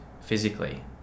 physically